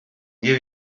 new